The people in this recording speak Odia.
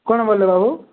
କ'ଣ ବଲେ ବାବୁ